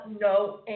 no